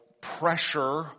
pressure